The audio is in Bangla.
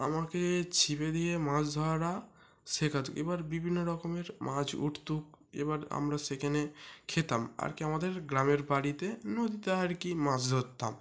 আমাকে ছিপ দিয়ে মাছ ধরাটা শেখাত এবার বিভিন্ন রকমের মাছ উঠত এবার আমরা সেখানে খেতাম আর কী আমাদের গ্রামের বাড়িতে নদীতে আর কী মাছ ধরতাম